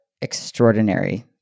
extraordinary